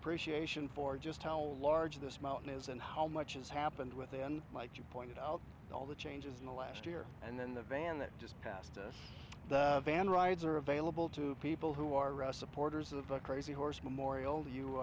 appreciation for just how large this mountain is and how much has happened within might you pointed out all the changes in the last year and then the van that just passed a van rides are available to people who are ressa porters of the crazy horse memorial